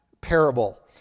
parable